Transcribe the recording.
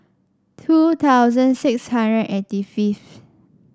two thousand six hundred eighty fifth